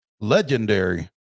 legendary